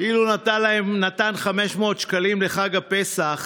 אילו נתן 500 שקלים לחג הפסח